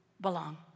belong